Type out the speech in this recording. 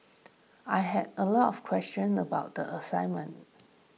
I had a lot of questions about the assignment